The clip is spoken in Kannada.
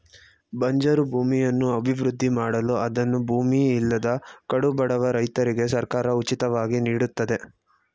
ಬಂಜರು ಭೂಮಿಯನ್ನು ಅಭಿವೃದ್ಧಿ ಮಾಡಲು ಅದನ್ನು ಭೂಮಿ ಇಲ್ಲದ ಕಡುಬಡವ ರೈತರಿಗೆ ಸರ್ಕಾರ ಉಚಿತವಾಗಿ ನೀಡುತ್ತದೆ